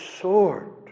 sword